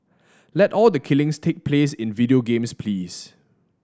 let all the killings take place in video games please